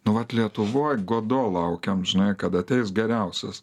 nu vat lietuvoj godo laukiam žinai kad ateis geriausias